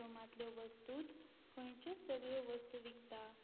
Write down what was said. बाथरूमांतल्यो वस्तूत खंयच्यो सगळ्यो वस्तू विकता